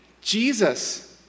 Jesus